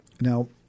Now